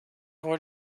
voor